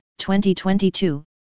2022